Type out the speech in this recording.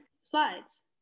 slides